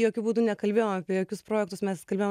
jokiu būdu nekalbėjom apie jokius projektus mes kalbėjom